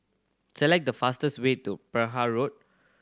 select the fastest way to Perahu Road